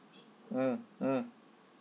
mm mm